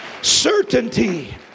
Certainty